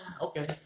Okay